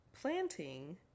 planting